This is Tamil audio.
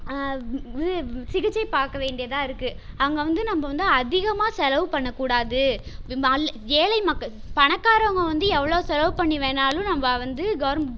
இது சிகிச்சை பார்க்க வேண்டியதாக இருக்கும் அங்கே வந்து நம்ம வந்து அதிகமாக செலவு பண்ணக்கூடாது ஏழை மக்க பணக்காரவங்க வந்து எவ்வளோ செலவு பண்ணி வேணாலும் நம்ம வந்து கவர்மெண்ட்